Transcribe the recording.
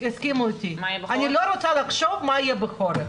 יסכימו אותי אני לא רוצה לחשוב מה יהיה בחורף.